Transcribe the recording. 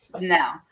No